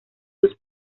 sus